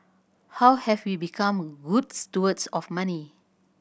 how have we become good stewards of money